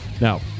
Now